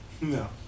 No